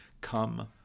Come